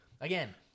Again